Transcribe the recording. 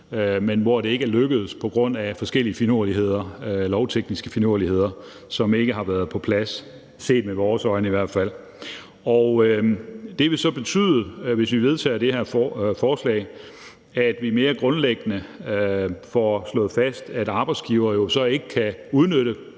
men hvor det ikke er lykkedes på grund af forskellige lovtekniske finurligheder, som set med vores øjne i hvert fald ikke har været på plads. Hvis vi vedtager det her forslag, vil det så betyde, at vi mere grundlæggende får slået fast, at arbejdsgivere ikke groft kan udnytte